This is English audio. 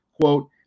quote